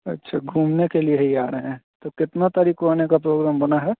अच्छा घूमने के लिए ही आ रहे हैं तो कितना तारीख़ को आने का प्रोग्राम बना है